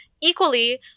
Equally